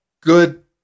good